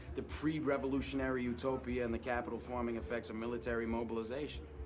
the pre-revolutionary utopia and the capital forming effects of military mobilization.